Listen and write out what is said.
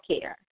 care